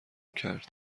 کرد